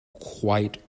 quite